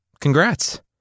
Congrats